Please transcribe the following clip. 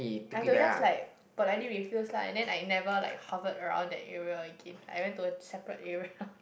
I have to just like politely refuse lah and then I never like hovered around that area Again I went to a separate area